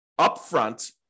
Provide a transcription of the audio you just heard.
upfront